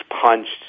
punched